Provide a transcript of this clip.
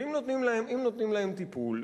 ואם נותנים להם טיפול,